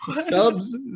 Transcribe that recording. Subs